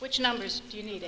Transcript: which numbers you need